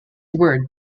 word